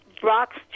Brock's